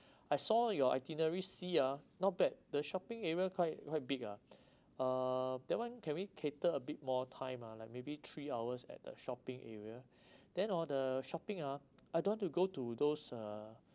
I saw your itinerary C ah not bad the shopping area quite quite big ah uh that one can we cater a bit more time ah like maybe three hours at the shopping area then hor the shopping ah I don't want to go to those uh